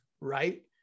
Right